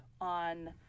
on